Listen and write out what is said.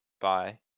bye